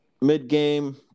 Mid-game